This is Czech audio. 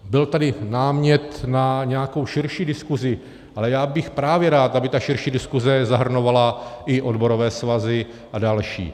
Byl tady námět na nějakou širší diskusi, ale já bych právě rád, aby ta širší diskuse zahrnovala i odborové svazy a další.